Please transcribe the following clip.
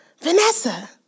Vanessa